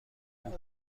بود